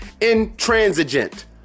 intransigent